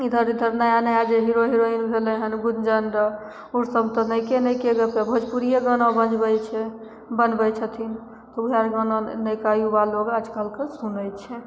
इधर इधर नया नया जे हीरो हिरोइन भेलै हन गुञ्जनरऽ ओ सभ तऽ नवके नवके लोक सभ भोजपुरिये गाना बजबै छै बनबै छथिन तऽ ओहए गाना नवका युवा लोग आज कलके सुनै छै